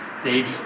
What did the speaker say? Stage